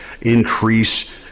increase